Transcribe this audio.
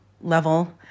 level